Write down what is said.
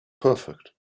perfect